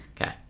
Okay